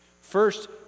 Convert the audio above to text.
First